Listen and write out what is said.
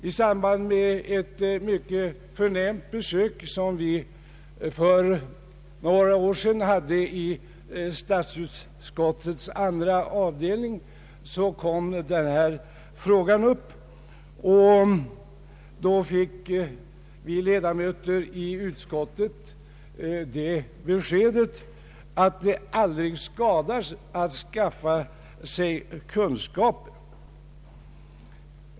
I samband med ett mycket förnämt besök som vi för några år sedan hade i statsutskottetis andra avdelning kom denna fråga upp. Vi ledamöter i utskottet fick då det beskedet att det aldrig skadar att skaffa sig kunskaper.